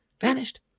vanished